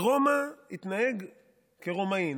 ברומא התנהג כרומאי.